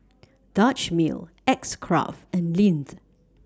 Dutch Mill X Craft and Lindt